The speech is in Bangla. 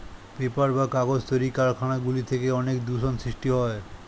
পেপার বা কাগজ তৈরির কারখানা গুলি থেকে অনেক দূষণ সৃষ্টি হয়